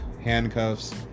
Handcuffs